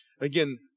again